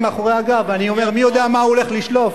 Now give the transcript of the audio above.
מאחורי הגב אני אומר: מי יודע מה הוא הולך לשלוף.